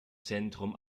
zentrum